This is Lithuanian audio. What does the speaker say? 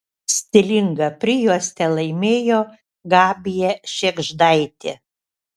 stilingą prijuostę laimėjo gabija šėgždaitė